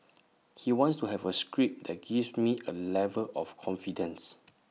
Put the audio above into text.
he wants to have A script that gives me A level of confidence